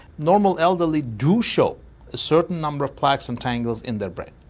normal elderly do show a certain number of plaques and tangles in their brain.